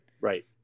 Right